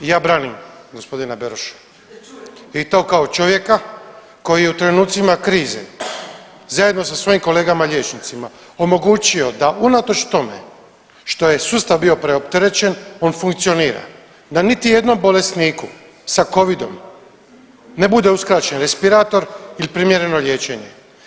Ja branim gospodina Beroša i to kao čovjeka koji je u trenucima krize zajedno sa svojim kolegama liječnicima omogućio da unatoč tome što je sustav bio preopterećen on funkcionira, da niti jednom bolesniku sa covidom ne bude uskraćen respirator ili primjereno liječenje.